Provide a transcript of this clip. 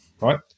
right